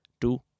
two